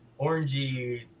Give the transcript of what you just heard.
orangey